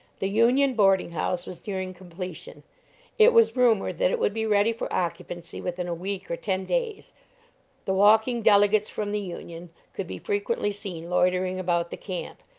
the union boarding-house was nearing completion it was rumored that it would be ready for occupancy within a week or ten days the walking delegates from the union could be frequently seen loitering about the camp,